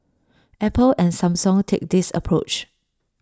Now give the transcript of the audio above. Apple and Samsung take this approach